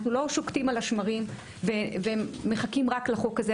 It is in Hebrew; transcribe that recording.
אנחנו לא שוקטים על השמרים ומחכים רק לחוק הזה.